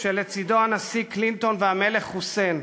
כשלצדו הנשיא קלינטון והמלך חוסיין,